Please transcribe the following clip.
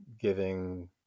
giving